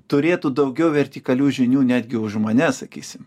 turėtų daugiau vertikalių žinių netgi už mane sakysim